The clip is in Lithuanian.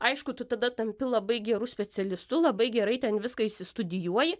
aišku tu tada tampi labai geru specialistu labai gerai ten viską išsistudijuoji